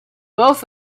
both